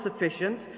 sufficient